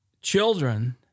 children